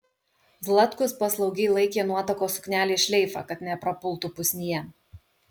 zlatkus paslaugiai laikė nuotakos suknelės šleifą kad neprapultų pusnyje